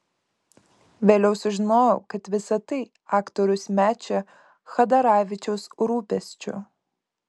vėliau sužinojau kad visa tai aktoriaus mečio chadaravičiaus rūpesčiu